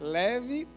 leve